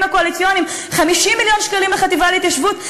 הקואליציוניים 50 מיליון שקלים לחטיבה להתיישבות,